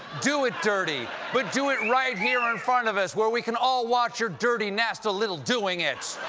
do it dirty. but do it right here in front of us, where we can all watch your dirty, nasty little doing it.